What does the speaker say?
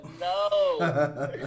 no